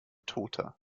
toter